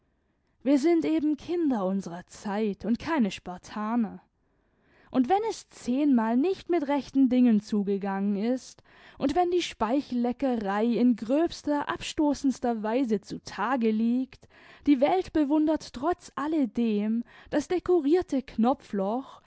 wir sind eben kinder unserer zeit und keine spartaner und wenn es zehnmal nicht mit rechten dingen zugegangen ist und wenn die speichelleckerei in gröbster abstoßendster weise zu tage liegt die welt bewundert trotz alledem das dekorierte knopfloch